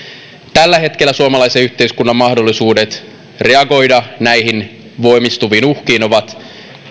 tällä hetkellä suomalaisen yhteiskunnan mahdollisuudet reagoida näihin voimistuviin uhkiin ovat